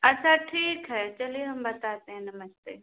अच्छा ठीक है चलिए हम बताते है नमस्ते